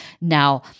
Now